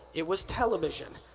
it was television,